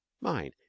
Mine